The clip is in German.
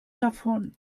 davon